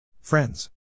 Friends